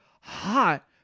hot